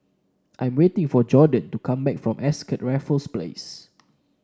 I'm waiting for Jordon to come back from Ascott Raffles Place